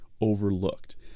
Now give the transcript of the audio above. overlooked